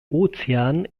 ozean